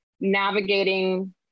navigating